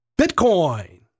Bitcoin